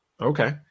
Okay